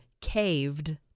caved